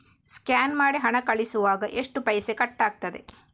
Scan ಮಾಡಿ ಹಣ ಕಳಿಸುವಾಗ ಎಷ್ಟು ಪೈಸೆ ಕಟ್ಟಾಗ್ತದೆ?